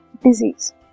disease